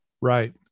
Right